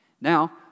Now